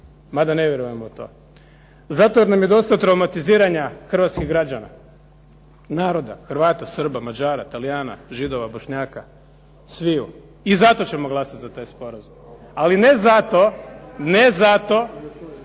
mada ne vjerujem u tom. Zato jer nam je dosta traumatiziranja hrvatskih građana, naroda, Hrvata, Srba, Mađara, Talijana, Židova, Bošnjaka, sviju i zato ćemo glasati za taj sporazum. Ali ne zato, ne zato